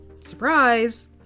surprise